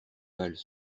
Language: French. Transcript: valent